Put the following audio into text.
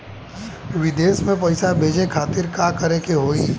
विदेश मे पैसा भेजे खातिर का करे के होयी?